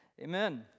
Amen